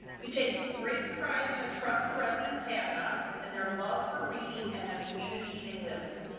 we take great pride in the trust the residents have in us and their love for reading and the community they live in.